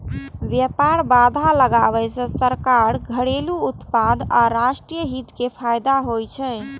व्यापार बाधा लगाबै सं सरकार, घरेलू उत्पादक आ राष्ट्रीय हित कें फायदा होइ छै